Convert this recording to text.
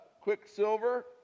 Quicksilver